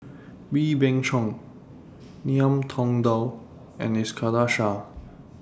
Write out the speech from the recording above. Wee Beng Chong Ngiam Tong Dow and Iskandar Shah